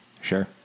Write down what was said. Sure